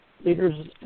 leaders